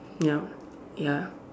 ya ya